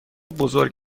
بزرگ